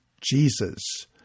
Jesus